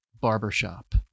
Barbershop